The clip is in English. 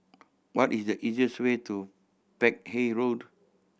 what is the easiest way to Peck Hay Road